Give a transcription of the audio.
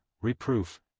reproof